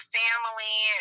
family